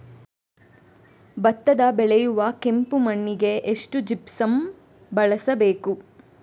ಭತ್ತ ಬೆಳೆಯುವ ಕೆಂಪು ಮಣ್ಣಿಗೆ ಎಷ್ಟು ಜಿಪ್ಸಮ್ ಬಳಸಬೇಕು?